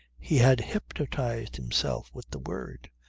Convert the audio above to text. he had hypnotized himself with the word.